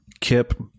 Kip